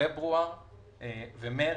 פברואר ומרס.